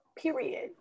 Period